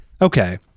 Okay